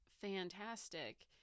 fantastic